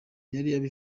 yari